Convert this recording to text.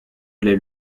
les